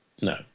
No